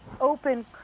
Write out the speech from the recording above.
open